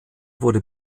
wurde